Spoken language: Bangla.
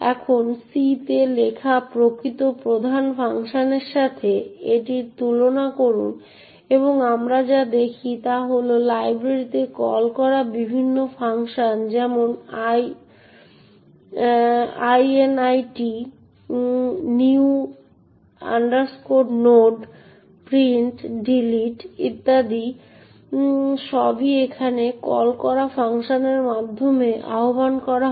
এখন C তে লেখা প্রকৃত প্রধান ফাংশনের সাথে এটির তুলনা করুন এবং আমরা যা দেখি তা হল লাইব্রেরিতে কল করা বিভিন্ন ফাংশন যেমন init new node print delete ইত্যাদি সবই এখানে কল করা ফাংশনের মাধ্যমে আহ্বান করা হয়